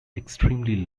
extremely